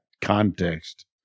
context